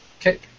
Okay